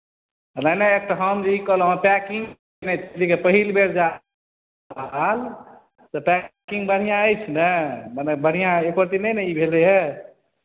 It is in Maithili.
नहि नहि तऽ हम जे ई कहलहुँ हेँ पैकिंग जे पहिल बेर जा रहल अछि माल तऽ पैकिंग बढ़िआँ अछि ने मने बढ़िआँ एको रत्ती नहि ने ई भेलै हेँ